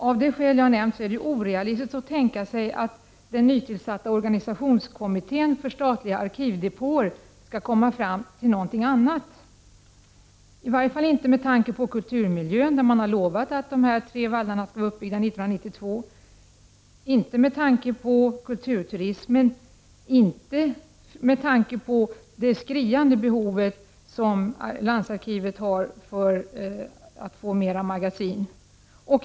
Av de skäl jag nämnt är det orealistiskt att tänka sig att den nytillsatta organisationskommittén för statliga arkivdepåer skulle kunna komma fram till något annat. Det kan i varje fall inte gälla kulturmiljön — där man har lovat att de tre vallarna skall vara återuppbyggda 1992. Det kan inte gälla kulturturismen och det skriande behovet som landsarkivet har av magasin.